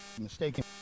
mistaken